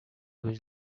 was